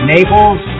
Naples